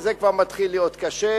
וזה כבר מתחיל להיות קשה.